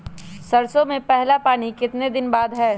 सरसों में पहला पानी कितने दिन बाद है?